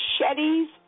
machetes